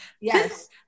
Yes